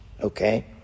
okay